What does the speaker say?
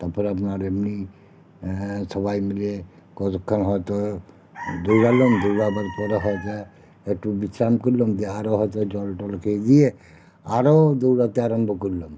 তারপর আপনার এমনি সবাই মিলে কতক্ষণ হয়তো দৌড়ালাম দৌড়াবার পরে হয়তো একটু বিশ্রাম করলাম দিয়ে আরও হয়তো জল টল খেয়ে দিয়ে আরও দৌড়াতে আরাম্ভ করলাম